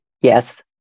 Yes